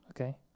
Okay